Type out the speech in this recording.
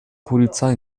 polizei